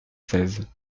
seize